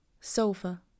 Sofa